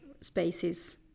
spaces